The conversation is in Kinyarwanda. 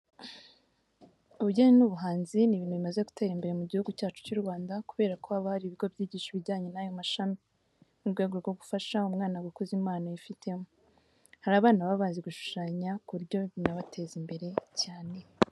Ubugeni n'ubuhanzi ni ibintu bimaze gutera imbere mu Gihugu cyacu cy'u Rwanda kubera ko haba hari ibigo byigisha ibijyanye n'ayo mashami, mu rwego rwo gufasha umwana gukuza impano yifitemo. Hari abana baba bazi gushanya ku buryo binabateza imbere cyane.